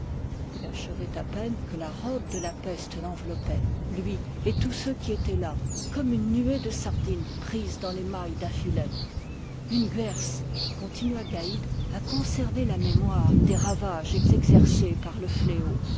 il achevait à peine que la robe de la peste l'enveloppait lui et tous ceux qui étaient là comme une nuée de sardines prises dans les mailles d'un filet une gwerz continua gaïd a conservé la mémoire des ravages exercés par le fléau